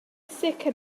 sicr